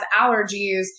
allergies